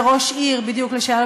וראש עיר לשעבר.